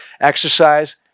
exercise